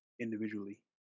individually